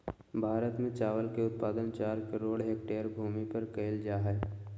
भारत में चावल के उत्पादन चार करोड़ हेक्टेयर भूमि पर कइल जा हइ